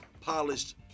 polished